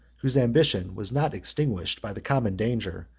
whose ambition was not extinguished by the common danger,